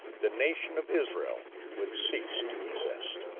the nation of israel would cease to exist.